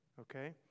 okay